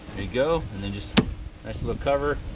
you go. and then just nice little cover,